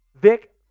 Vic